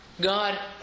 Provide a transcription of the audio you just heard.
God